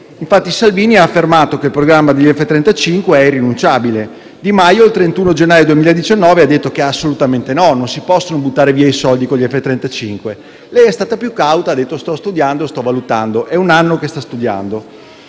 infatti affermato che il programma relativo agli F-35 è irrinunciabile; Di Maio il 31 gennaio 2019 ha detto che assolutamente no, non si possono buttare via i soldi con gli F-35. Lei è stata più cauta, affermando che sta studiando e valutando (ed è da un anno che sta studiando).